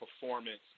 performance